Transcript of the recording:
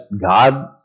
God